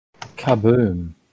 Kaboom